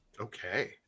Okay